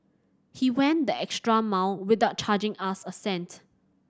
he went the extra mile without charging us a cent